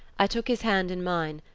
i took his hand in mine,